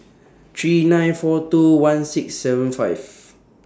three nine four two one six seven five